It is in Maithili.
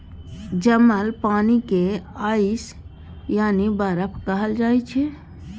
जमल पानि केँ आइस यानी बरफ कहल जाइ छै